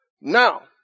Now